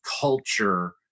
culture